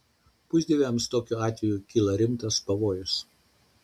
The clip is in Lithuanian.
pusdieviams tokiu atveju kyla rimtas pavojus